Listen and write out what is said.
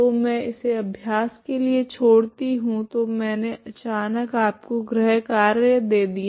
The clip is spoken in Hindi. तो मैं इसे अभ्यास के लिए छोड़ती हूँ तो मैंने अचानक आपको ग्रहकार्य दे दिया